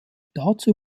dazu